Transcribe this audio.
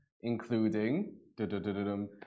including